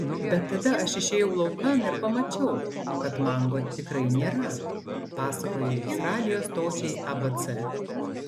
bet tada aš išėjau laukan ir pamačiau kad mango tikrai nėra pasakojo jis radijo stočiai abc